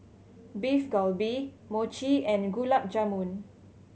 Beef Galbi Mochi and Gulab Jamun